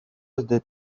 desde